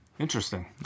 Interesting